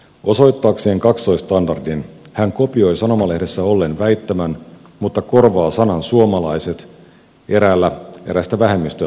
osoittaakseen kaksoisstandardin hän kopioi sanomalehdessä olleen väittämän mutta korvaa sanan suomalaiset eräällä erästä vähemmistöä tarkoittavalla sanalla